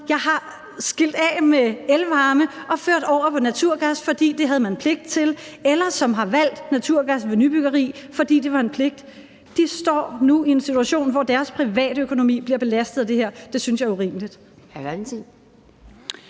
jeg har skilt af med elvarme og ført over på naturgas, fordi det havde man pligt til, eller som har valgt naturgas ved nybyggeri, fordi det var en pligt. De står nu i en situation, hvor deres private økonomi bliver belastet af det her. Det synes jeg er urimeligt.